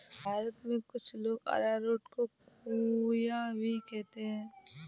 भारत में कुछ लोग अरारोट को कूया भी कहते हैं